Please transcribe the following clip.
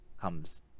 comes